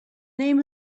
name